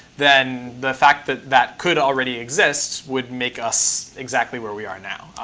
then the fact that that could already exist would make us exactly where we are now.